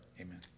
Amen